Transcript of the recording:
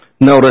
Notice